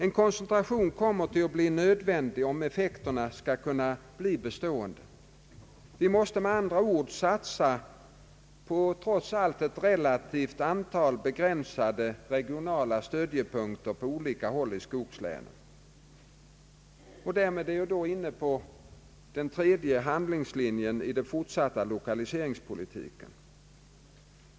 En koncentration kommer att bli nödvändig, om effekterna skall kunna bli bestående. Vi måste med andra ord trots allt satsa på ett relativt begränsat antal regionala stödjepunkter på olika håll i skogslänen. Därmed är vi inne på den tredje huvudlinjen i den fortsatta lokaliseringspolitiken.